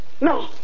No